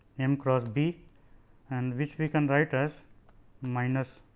m cross b and which we can write as minus